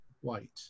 white